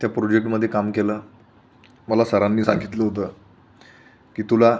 त्या प्रोजेक्टमधे काम केलं मला सरांनी सांगितलं होतं की तुला